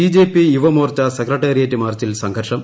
BJP യുവമോർച്ചു secretariat മാർച്ചിൽ സംഘർഷം